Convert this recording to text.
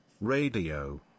Radio